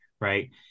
Right